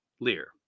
Lear